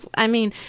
i mean,